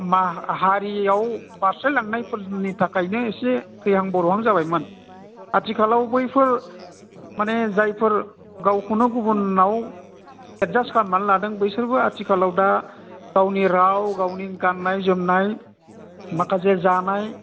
हारियाव बारस्लायलांनायफोरनि थाखायनो इसे थैहां बरबहां जाबायमोन आथिखालाव बैफोर माने जायफोर गावखौनो गुबुनाव एडजास्ट खालामनानै लादों बैसोरबो आथिखालाव दा गावनि राव गावनि गाननाय जोमनाय माखासे जानाय